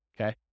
okay